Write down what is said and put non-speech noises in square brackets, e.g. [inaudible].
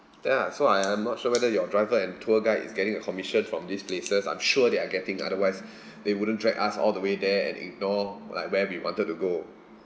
ya so I am not sure whether your driver and tour guide is getting a commission from these places I'm sure they are getting otherwise [breath] they wouldn't dragged us all the way there and ignore like where we wanted to go